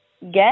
get